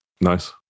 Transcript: nice